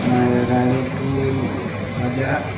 ᱚᱱᱟ ᱨᱟᱭᱨᱚᱝᱯᱩᱨ ᱵᱟᱡᱟᱨ